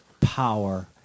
power